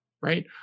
right